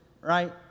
right